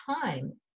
time